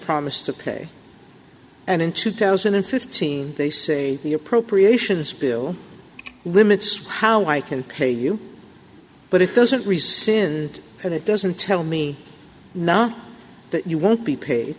promised to pay and in two thousand and fifteen they say the appropriations bill limits how i can pay you but it doesn't receive in and it doesn't tell me now that you won't be paid